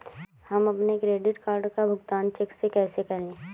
हम अपने credit card का भुगतान चेक से कैसे करें?